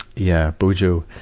yeah, bojo.